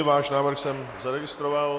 Váš návrh jsem zaregistroval.